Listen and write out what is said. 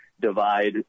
divide